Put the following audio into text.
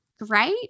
Great